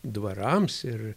dvarams ir